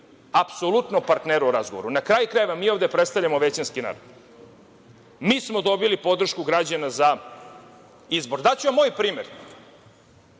apsolutno partnera u razgovoru. Na kraju krajeva, mi ovde predstavljamo većinski narod. Mi smo dobili podršku građana za izbor. Daću vam moj primer.